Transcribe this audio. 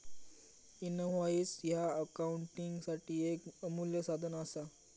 invoice ह्या अकाउंटिंगसाठी येक अमूल्य साधन असा